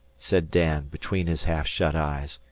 said dan, between his half-shut eyes.